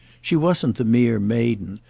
she wasn't the mere maiden,